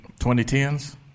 2010s